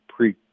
-pre